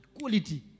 quality